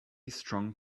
strong